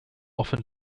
often